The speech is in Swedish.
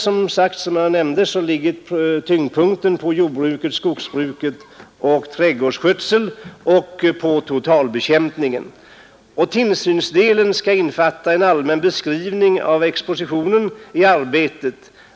Projektets tyngdpunkt ligger, som jag sade, på jordbruk, skogsbruk och trädgårdsskötsel och på totalbekämpning. Tillsynsdelen skall innefatta en allmän beskrivning av expositionen i arbetet.